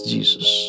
Jesus